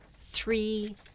three